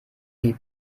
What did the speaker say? die